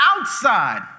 outside